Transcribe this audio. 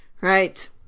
Right